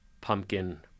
pumpkin